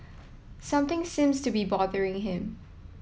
something seems to be bothering him